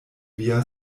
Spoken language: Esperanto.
via